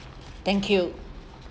thank you